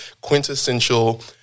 quintessential